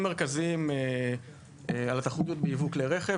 מרכזיים על התחרותיות בייבוא כלי רכב,